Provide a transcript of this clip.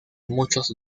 muchos